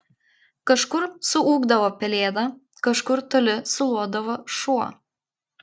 kažkur suūkdavo pelėda kažkur toli sulodavo šuo